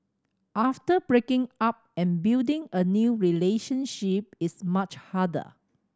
after breaking up and building a new relationship is much harder